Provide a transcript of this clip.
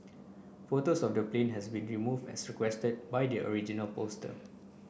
photos of the plane have been removed as requested by the original poster